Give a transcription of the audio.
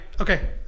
Okay